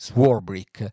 Swarbrick